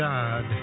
God